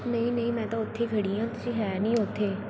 ਨਹੀਂ ਨਹੀਂ ਮੈਂ ਤਾਂ ਉੱਥੇ ਖੜੀ ਹਾਂ ਤੁਸੀਂ ਹੈ ਨਹੀਂ ਉੱਥੇ